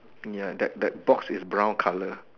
ya that that box is brown colour